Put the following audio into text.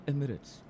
Emirates